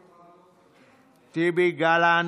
טיבי, גלנט,